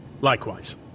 Likewise